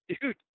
dude